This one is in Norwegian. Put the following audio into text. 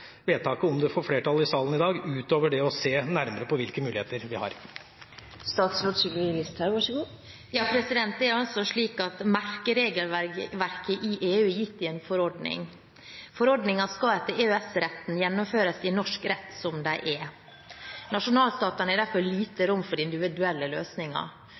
vedtaket om det får flertall i salen i dag utover det å «se nærmere på hvilke muligheter vi har»? Merkeregelverket i EU er gitt i en forordning. Forordninger skal etter EØS-retten gjennomføres i norsk rett som de er. Nasjonalstaten har derfor lite rom for individuelle løsninger.